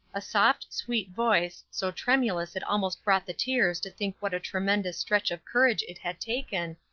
a soft, sweet voice, so tremulous it almost brought the tears to think what a tremendous stretch of courage it had taken,